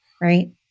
right